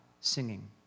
singing